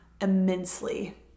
immensely